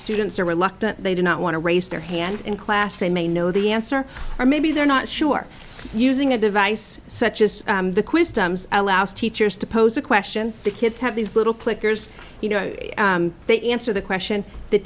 students are reluctant they do not want to raise their hand in class they may know the answer or maybe they're not sure using a device such as the quizzed allows teachers to pose a question the kids have these little clickers you know they answer the question the